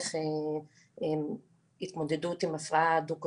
דרך התמודדות עם הפרעה דו קוטבית,